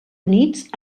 units